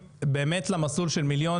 זה לא סיסמה, זה משהו שאנחנו מיישמים אותו.